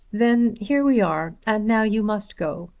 then here we are and now you must go.